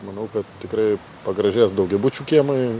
manau kad tikrai pagražės daugiabučių kiemai